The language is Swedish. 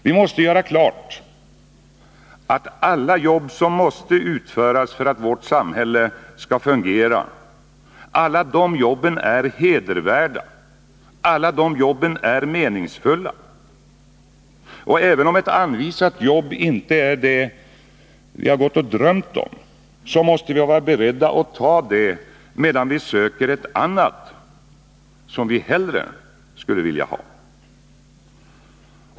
Vi måste göra klart att alla jobb som måste utföras för att vårt samhälle skall fungera är hedervärda och meningsfulla. Även om ett anvisat jobb inte är det som vi drömt om måste vi vara beredda att ta det, medan vi söker ett annat som vi hellre skulle vilja ha.